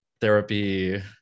therapy